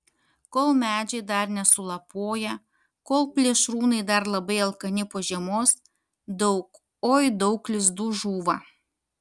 kol medžiai dar nesulapoję kol plėšrūnai dar labai alkani po žiemos daug oi daug lizdų žūva